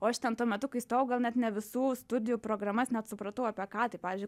o aš ten tuo metu kai stojau gal net ne visų studijų programas net supratau apie ką tai pavyzdžiui